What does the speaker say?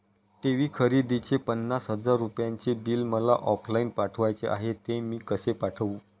TV खरेदीचे पन्नास हजार रुपयांचे बिल मला ऑफलाईन पाठवायचे आहे, ते मी कसे पाठवू?